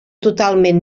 totalment